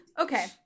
okay